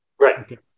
Right